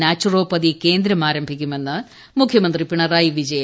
naturopathy കേന്ദ്രം ആരംഭിക്കുമെന്ന് മുഖ്യമന്ത്രി പിണറായി വിജയൻ